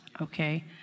okay